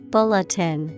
Bulletin